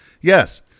yes